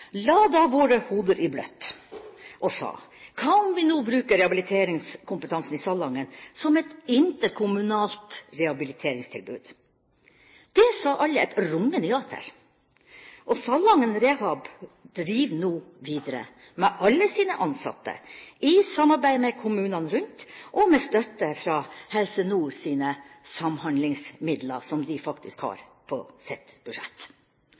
la da våre hoder i bløt og spurte: Hva om vi nå bruker rehabiliteringskompetansen i Salangen som et interkommunalt rehabiliteringstilbud? Det sa alle et rungende ja til. Og Salangen rehabilitering driver nå videre med alle sine ansatte i samarbeid med kommunene rundt og med støtte fra Helse Nords samhandlingsmidler, som de faktisk har på sitt budsjett.